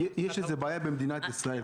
יש איזה בעיה במדינת ישראל,